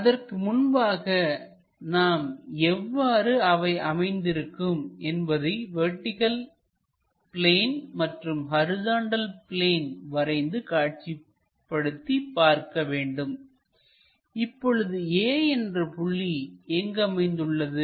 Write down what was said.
அதற்கு முன்பாக நாம் எவ்வாறு அவை அமைந்திருக்கும் என்பதை வெர்டிகள் பிளேன் மற்றும் ஹரிசாண்டல் பிளேன் வரைந்து காட்சிப்படுத்தி பார்க்க வேண்டும் இப்பொழுது A என்ற புள்ளி எங்கு அமைந்துள்ளது